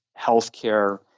healthcare